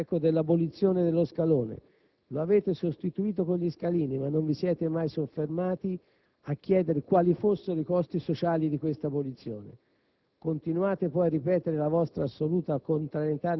Vi siete infilati nel vicolo cieco dell'abolizione dello «scalone», lo avete sostituito con gli «scalini», ma non vi siete mai soffermati a chiedere quali fossero i costi sociali di questa abolizione.